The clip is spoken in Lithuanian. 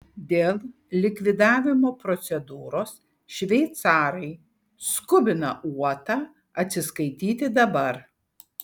dėl likvidavimo procedūros šveicarai skubina uotą atsiskaityti dabar